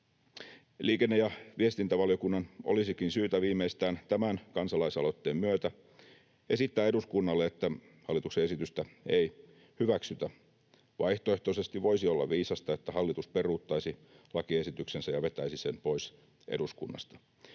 Liikenne- ja viestintävaliokunnan olisikin syytä viimeistään tämän kansalaisaloitteen myötä esittää eduskunnalle, että hallituksen esitystä ei hyväksytä. Vaihtoehtoisesti voisi olla viisasta, että hallitus peruuttaisi lakiesityksensä ja vetäisi sen pois eduskunnasta.